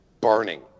burning